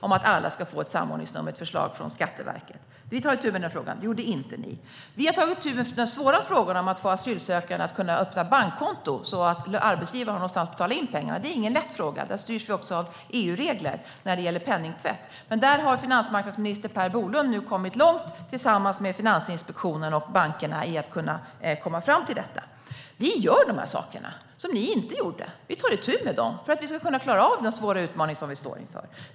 Det är ett förslag från Skatteverket. Vi tar itu med den frågan, vilket ni inte gjorde. Vi har också tagit itu med den svåra frågan om asylsökandes möjligheter att öppna bankkonton så att arbetsgivare har någonstans att betala in pengarna. Där styrs vi också av EU-regler om penningtvätt. Men finansmarknadsminister Per Bolund har nu kommit långt i frågan tillsammans med Finansinspektionen och bankerna. Vi gör de här sakerna som ni inte gjorde. Vi tar itu med dem för att vi ska kunna klara av den svåra utmaning vi står inför.